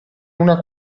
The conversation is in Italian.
una